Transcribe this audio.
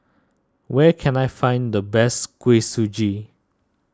where can I find the best Kuih Suji